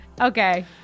Okay